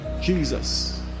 Jesus